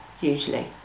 usually